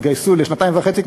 הם התגייסו לשנתיים וחצי,